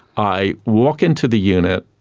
i walk into the unit,